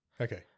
Okay